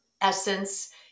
essence